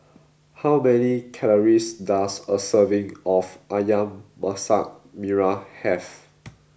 how many calories does a serving of Ayam Masak Merah have